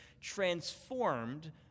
transformed